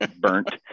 burnt